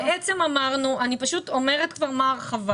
אני פשוט אומרת כבר משה האבטלה.